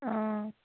অঁ